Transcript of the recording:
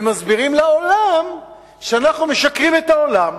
ומסבירים לעולם שאנחנו משקרים לעולם.